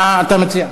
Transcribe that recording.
מה אתה מציע?